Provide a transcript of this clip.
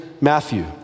Matthew